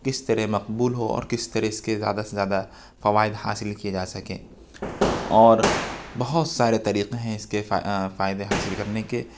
کس طرح مقبول ہو اور کس طرح اس کے زیادہ سے زیادہ فوائد حاصل کیے جا سکیں اور بہت سارے طریقے ہیں اس کے فائدے حاصل کرنے کے